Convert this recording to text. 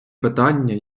питання